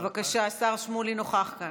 בבקשה, השר שמולי נוכח כאן.